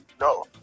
no